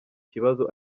kibazo